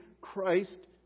Christ